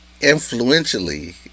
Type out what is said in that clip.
influentially